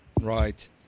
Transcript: Right